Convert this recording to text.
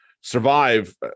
survive